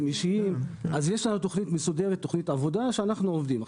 אישיים; יש לנו תכנית עבודה מסודרת שאנחנו עובדים לפיה.